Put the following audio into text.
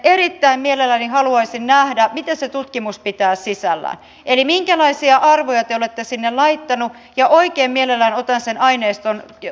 erittäin mielelläni haluaisin nähdä mitä se tutkimus pitää sisällään eli minkälaisia arvoja te olette sinne laittaneet ja oikein mielelläni otan sen aineiston itselleni että voin sitä myöskin tarkastella